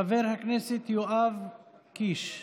חבר הכנסת יואב קיש,